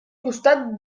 costat